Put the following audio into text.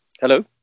Hello